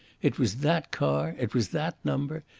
it was that car. it was that number.